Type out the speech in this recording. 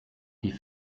die